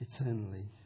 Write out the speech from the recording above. eternally